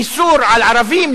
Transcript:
איסור על ערבים,